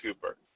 Cooper